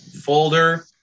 folder